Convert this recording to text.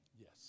Yes